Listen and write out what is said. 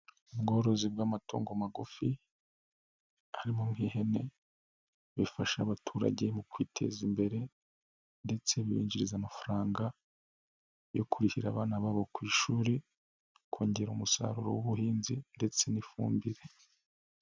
Ubworozi bw'amatungo magufi harimo nk'ihene bifasha abaturage mu kwiteza imbere ndetse binjiriza amafaranga yo kurihira abana babo ku ishuri, kongera umusaruro w'ubuhinzi ndetse n'ifumbire.